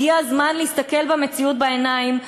הגיע הזמן להסתכל למציאות בעיניים: